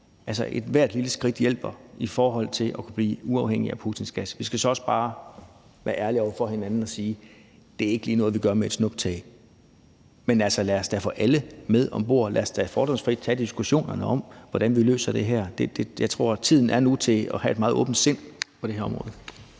Ethvert lille skridt hjælper i forhold til at kunne blive uafhængige af Putins gas. Vi skal så også bare være ærlige over for hinanden og sige, at det ikke lige er noget, vi gør med et snuptag. Men lad os da få alle med om bord, lad os da fordomsfrit tage diskussionen om, hvordan vi løser det her. Jeg tror, at tiden nu er til at have et meget åbent sind på det her område.